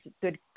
good